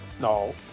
no